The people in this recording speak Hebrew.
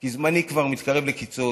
כי זמני כבר מתקרב לקיצו,